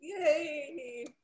Yay